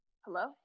Hello